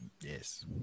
Yes